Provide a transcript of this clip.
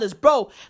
Bro